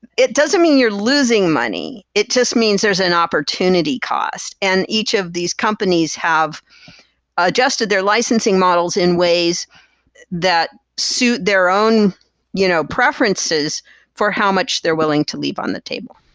it doesn't mean you're losing money. it just means there's an opportunity cost, and each of these companies have adjusted their licensing models in ways that suit their own you know preferences for how much they're willing to leave on the table.